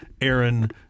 Aaron